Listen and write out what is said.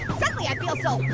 suddenly i feel so